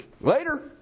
later